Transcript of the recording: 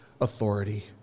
authority